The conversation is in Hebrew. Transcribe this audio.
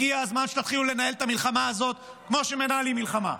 הגיע הזמן שתתחילו לנהל את המלחמה הזאת כמו שמנהלים מלחמה.